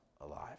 alive